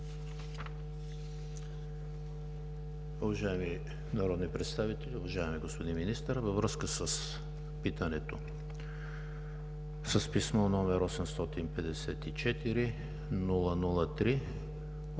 Уважаеми народни представители, уважаеми господин Министър, във връзка с питането, с писмо № 854-003